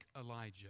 Elijah